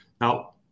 Now